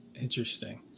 Interesting